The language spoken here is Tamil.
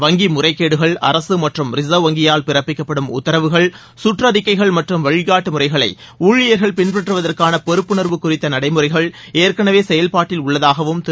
வங்கி முறைகேடுகள் அரசு மற்றும் ரிசர்வ் வங்கியால் பிறப்பிக்கப்படும் உத்தரவுகள் சுற்றிக்கைகள் மற்றும் வழிகாட்டு முறைகளை ஊழியர்கள் பின்பற்றுவதற்கான பொறுப்புணர்வு குறித்த நடைமுறைகள் ஏற்கனவே செயல்பாட்டில் உள்ளதாகவும் திரு